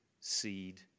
seed